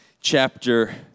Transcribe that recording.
chapter